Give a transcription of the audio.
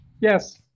Yes